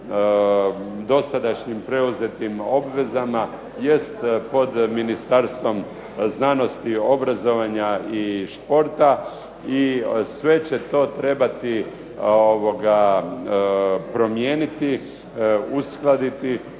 dosadašnjim preuzetim obvezama jest pod Ministarstvom znanosti, obrazovanja i športa i sve će to trebati promijeniti, uskladiti